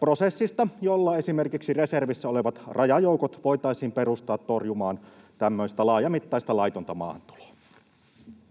prosessista, jolla esimerkiksi reservissä olevat rajajoukot voitaisiin perustaa torjumaan tämmöistä laajamittaista laitonta maahantuloa.